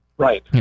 Right